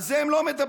על זה הם לא מדברים.